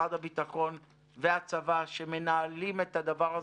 במשרד הביטחון והצבא שמנהלים את הדבר הזה,